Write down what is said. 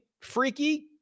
freaky